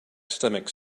stomach